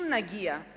אם נגיע,